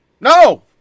No